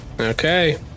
Okay